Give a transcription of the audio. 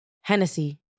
Hennessy